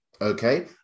okay